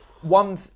One